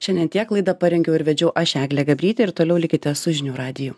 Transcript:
šiandien tiek laidą parengiau ir vedžiau aš eglė gabrytė ir toliau likite su žinių radiju